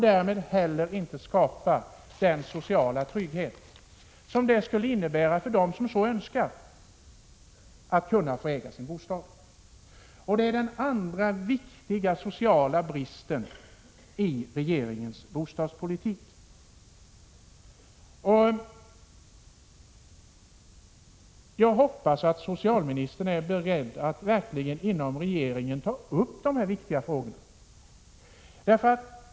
Därmed skapas inte heller den sociala trygghet som det skulle innebära för dem som så önskar att få äga sin bostad. Detta är den andra viktiga sociala bristen i regeringens bostadspolitik. Jag hoppas att socialministern är beredd att inom regeringen verkligen ta upp dessa viktiga frågor.